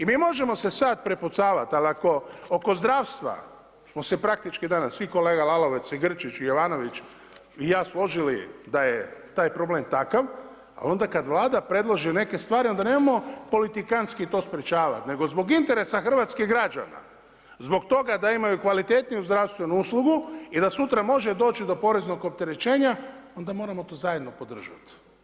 I mi možemo se sada prepucavati, ali ako oko zdravstva ćemo se praktički danas svi, kolega Lalovac, i Grčić, i Jovanović i ja složili da je taj problem takav, ali onda kada Vlada predloži neke stvari onda nemojmo politikanski to sprječavati, nego zbog interesa hrvatskih građana, zbog toga da imaju kvalitetniju zdravstvenu uslugu i da sutra može doći do poreznog opterećenja, onda moramo to zajedno podržati.